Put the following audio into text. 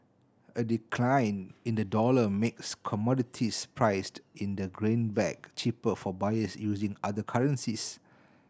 a decline in the dollar makes commodities priced in the greenback cheaper for buyers using other currencies